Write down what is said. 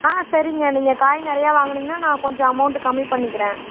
ஆ சரிங்க நீங்கள் காய் நிறையா வாங்குனீங்கன்னா நான் கொஞ்சம் அமௌண்டு கம்மி பண்ணிக்கிறேன்